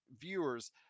viewers